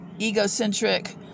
egocentric